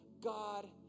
God